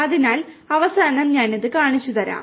അതിനാൽ അവസാനം ഞാൻ അത് കാണിച്ചുതരാം